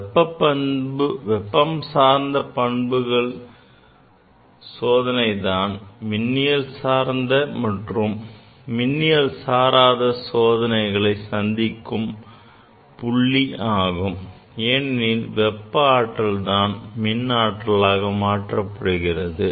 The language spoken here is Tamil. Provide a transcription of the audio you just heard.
வெப்ப பண்புகள் சார்ந்த சோதனைகள் தான் மின்னியல் சார்ந்த மற்றும் மின்னியல் சாராத சோதனைகள் சந்திக்கும் புள்ளி ஆகும் ஏனெனில் வெப்ப ஆற்றல் தான் மின் ஆற்றலாக மாறுகிறது